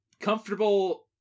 comfortable